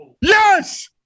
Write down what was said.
Yes